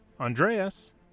Andreas